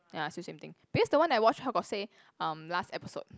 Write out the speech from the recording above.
ya still same thing because the one that I watch still got say um last episode